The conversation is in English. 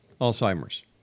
Alzheimer's